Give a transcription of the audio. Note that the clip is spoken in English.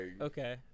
Okay